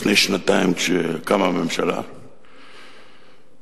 לפני שנתיים כאשר קמה הממשלה; א.